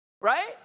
right